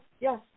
Yes